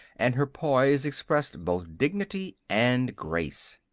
and her poise expressed both dignity and grace.